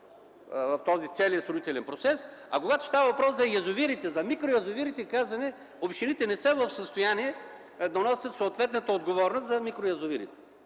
този строителен процес, а когато става въпрос за микроязовирите, казваме, че общините не са в състояние да носят съответната отговорност за микроязовирите.